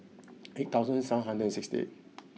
eight thousand seven hundred and sixty eight